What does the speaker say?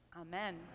Amen